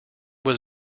was